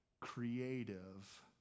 creative